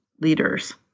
leaders